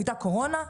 הייתה קורונה,